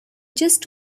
just